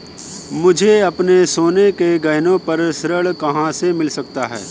मुझे अपने सोने के गहनों पर ऋण कहाँ से मिल सकता है?